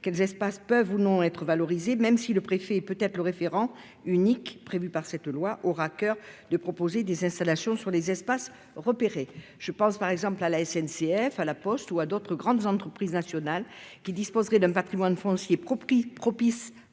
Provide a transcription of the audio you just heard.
quels espaces peuvent, ou non, être valorisés, même si le préfet, le référent unique prévu par cette loi, aura à coeur de proposer des installations sur les espaces repérés. Je pense par exemple à la SNCF, à La Poste ou à d'autres grandes entreprises nationales qui disposeraient d'un patrimoine foncier propice